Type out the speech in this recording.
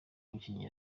mukinnyi